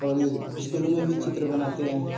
और स्कूलों में भी चित्र बनाते हैं